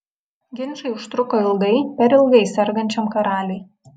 ginčai užtruko ilgai per ilgai sergančiam karaliui